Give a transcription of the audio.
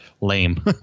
lame